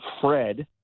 Fred